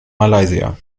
malaysia